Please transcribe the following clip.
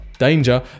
danger